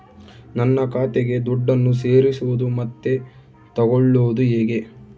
ನನ್ನ ಖಾತೆಗೆ ದುಡ್ಡನ್ನು ಸೇರಿಸೋದು ಮತ್ತೆ ತಗೊಳ್ಳೋದು ಹೇಗೆ?